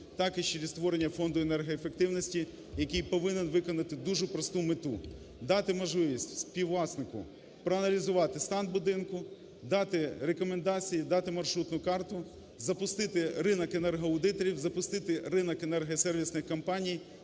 так і через створення Фонду енергоефективності, який повинен виконати дуже просту мету – дати можливість співвласнику проаналізувати стан будинку, дати рекомендації, дати маршрутну карту, запустити ринок енергоаудиторів, запустити ринок енергосервісних компаній,